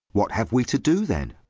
what have we to do then?